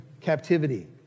captivity